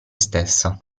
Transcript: stessa